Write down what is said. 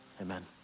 Amen